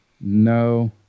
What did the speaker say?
no